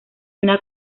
una